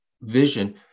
vision